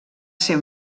ser